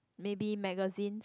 maybe magazines